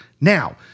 Now